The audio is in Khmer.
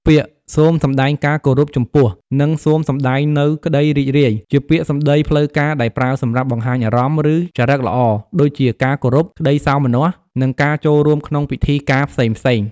ពាក្យ "សូមសម្តែងការគោរពចំពោះ" និង "សូមសម្តែងនូវក្តីរីករាយ" ជាពាក្យសម្តីផ្លូវការ ដែលប្រើសម្រាប់បង្ហាញអារម្មណ៍ ឬចរិតល្អ ដូចជា ការគោរព ក្តីសោមនស្ស និងការចូលរួមក្នុងពិធីការផ្សេងៗ